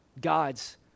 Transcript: God's